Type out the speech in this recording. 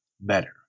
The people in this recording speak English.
better